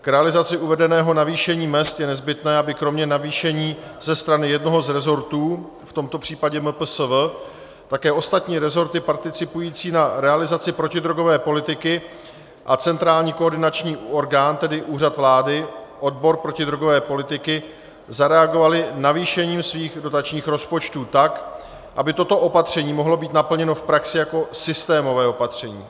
K realizaci uvedeného navýšení mezd je nezbytné, aby kromě navýšení ze strany jednoho z resortů, v tomto případě MPSV, také ostatní resorty participující na realizaci protidrogové politiky a centrální koordinační orgán, tedy Úřad vlády, odbor protidrogové politiky, zareagovaly navýšením svých dotačních rozpočtů tak, aby toto opatření mohlo být naplněno v praxi jako systémové opatření.